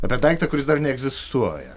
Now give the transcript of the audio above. apie daiktą kuris dar neegzistuoja